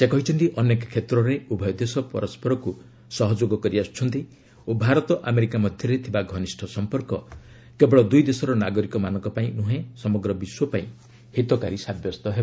ସେ କହିଛନ୍ତି ଅନେକ କ୍ଷେତ୍ରରେ ଉଭୟ ଦେଶ ପରସ୍କରକୁ ସହଯୋଗ କରିଆସୁଛନ୍ତି ଓ ଭାରତ ଆମେରିକା ମଧ୍ୟରେ ଥିବା ଘନିଷ୍ଠ ସମ୍ପର୍କ କେବଳ ଦୁଇ ଦେଶର ନାଗରିକମାନଙ୍କ ପାଇଁ ନ୍ଦୁହେଁ ସମଗ୍ର ବିଶ୍ୱ ପାଇଁ ହିତକାରୀ ହେବ